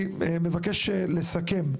בנושא של הבילטרלי,